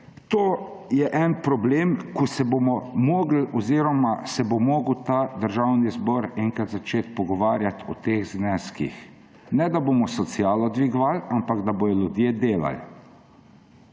to je en problem, ko se bomo morali oziroma se bo moral ta državni zbor enkrat začeti pogovarjati o teh zneskih. Ne da bomo socialo dvigovali, ampak da bodo ljudje delali.